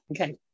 okay